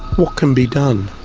what can be done?